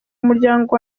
umuryango